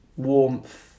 warmth